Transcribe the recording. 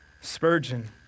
Spurgeon